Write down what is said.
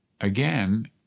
Again